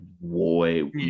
boy